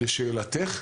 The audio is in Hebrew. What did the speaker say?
לשאלתך,